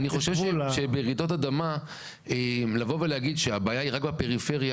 אני חושב שברעידות אדמה לבוא ולהגיד שהבעיה היא רק בפריפריה,